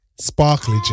sparkly